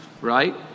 right